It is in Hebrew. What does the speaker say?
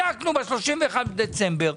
בדקנו ב-31 בדצמבר,